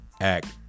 act